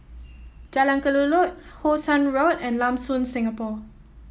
Jalan Kelulut How Sun Road and Lam Soon Singapore